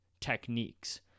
techniques